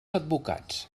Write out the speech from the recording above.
advocats